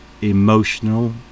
emotional